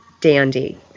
dandy